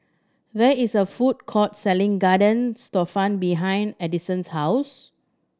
there is a food court selling Garden Stroganoff behind Adison's house